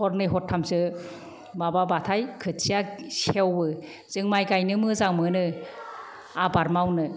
हरनै हरथामसो माबाबाथाय खोथियाया सेवो जों माइ गाइनो मोजां मोनो आबाद मावनो